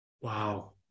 Wow